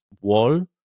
wall